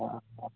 हाँ हाँ